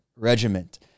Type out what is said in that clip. regiment